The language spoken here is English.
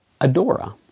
Adora